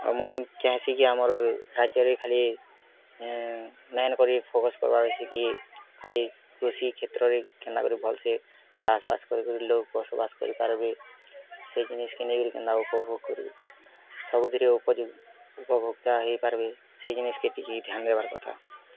ତ ମୁଇଁ କେହେସି କି ଆମର୍ ରାଜ୍ୟ ରେ ଖାଲି ଲାଇନ୍ କରି ଫୋକସ୍ କରିବାର୍ ଅଛି କି ଖାଲି କୃଷି କ୍ଷେତ୍ର ରେ କେନ୍ତା କରି ଭଲ୍ ସି ଚାଷ୍ ବାସ କରି କରି ଲୋକ୍ ବସ୍ ବାସ୍ କରି ପାରିବେ ସେ ଜିନିଷ୍ କି ନେଇ କରି କେନ୍ତା ଉପଭୋଗ କରୁ ସବୁଥିରେ ଉପଯୋଗ ଉପଭୋକ୍ତା ହେଇ ପାରିବି ସେଇ ଜିନିଷ୍ କେ ଟିକେ ଧ୍ୟାନ୍ ଦେବାର୍ କଥା